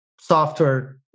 software